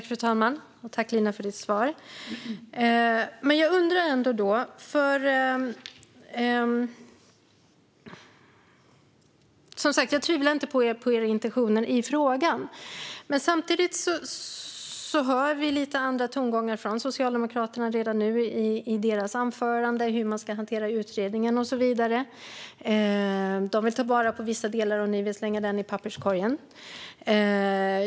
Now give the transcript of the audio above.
Fru talman! Tack, Lina, för ditt svar! Jag tvivlar inte på era intentioner i frågan. Samtidigt hör vi lite andra tongångar från Socialdemokraterna redan nu i deras anförande om hur man ska hantera utredningen och så vidare. De vill ta vara på vissa delar, och ni vill slänga den i papperskorgen.